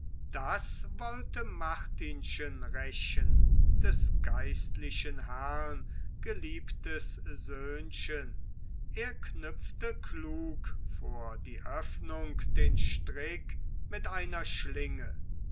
das wollte martinchen rächen des geistlichen herrn geliebtes söhnchen er knüpfte klug vor die öffnung den strick mit einer schlinge